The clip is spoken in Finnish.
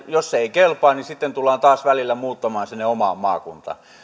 jos se ei kelpaa niin sitten tullaan taas välillä muuttamaan sitä sinne omaan maakuntaan